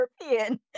European